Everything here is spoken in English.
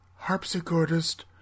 harpsichordist